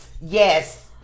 Yes